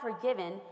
forgiven